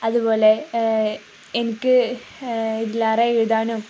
അതുപോലെ എനിക്ക് ഇതിലേറെ എഴുതാനും